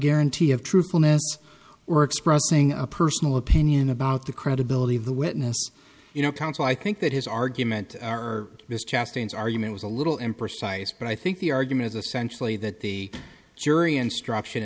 guarantee of truthfulness or expressing a personal opinion about the credibility of the witness you know counsel i think that his argument this chest pains argument was a little imprecise but i think the argument is essentially that the jury instruction